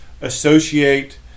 associate